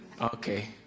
Okay